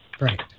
Right